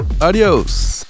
adios